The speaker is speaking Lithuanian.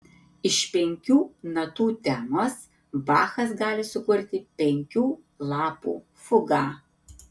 iš penkių natų temos bachas gali sukurti penkių lapų fugą